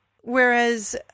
Whereas